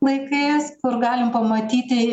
laikais kur galim pamatyti